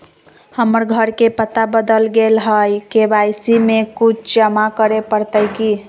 हमर घर के पता बदल गेलई हई, के.वाई.सी में कुछ जमा करे पड़तई की?